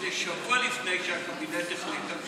שבוע לפני שהקבינט החליט על זה.